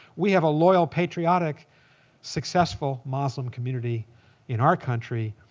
we have a loyal patriotic successful muslim community in our country.